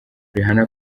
rihanna